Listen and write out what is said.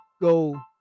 go